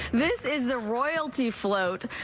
this is the royalty float.